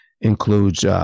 includes